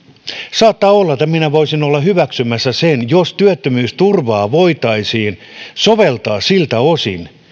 saattaa olla että minä voisin olla hyväksymässä sen jos työttömyysturvaa voitaisiin soveltaa siltä osin